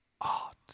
Art